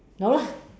no lah